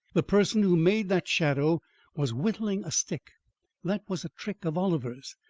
the person who made that shadow was whittling a stick that was a trick of oliver's.